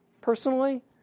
Personally